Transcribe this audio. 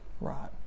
Right